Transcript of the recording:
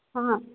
ହଁ